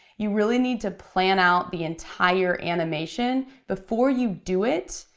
you really need to plan out the entire animation before you do it.